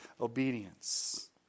obedience